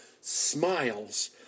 smiles